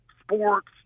sports